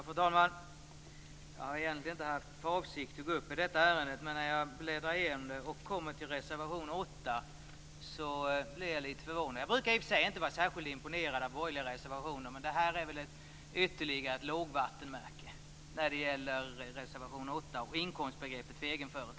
Fru talman! Jag hade inte för avsikt att gå upp i detta ärende, men när jag bläddrade igenom det och kom till reservation 8 blev jag lite förvånad. Jag brukar inte vara särskilt imponerad av borgerliga reservationer, men reservation 8 som gäller inkomstbegreppet för egenföretagare är väl ytterligare ett lågvattenmärke.